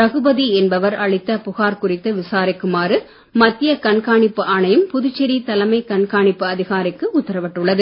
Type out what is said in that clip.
ரகுபதி என்பவர் அளித்த புகார் குறித்து விசாரிக்குமாறு மத்திய கண்காணிப்பு ஆணையம் புதுச்சேரி தலைமை கண்காணிப்பு அதிகாரிக்கு உத்தரவிட்டுள்ளது